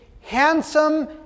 Handsome